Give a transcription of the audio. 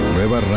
Nueva